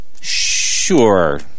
Sure